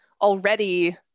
already